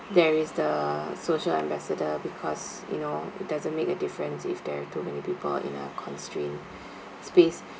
there is the social ambassador because you know it doesn't make a difference if there're too many people in a constrained space